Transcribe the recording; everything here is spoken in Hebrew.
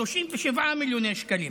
37 מיליוני שקלים,